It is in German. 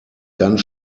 ganz